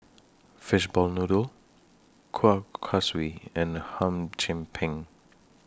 Fishball Noodle Kuih Kaswi and Hum Chim Peng